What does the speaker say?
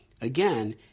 Again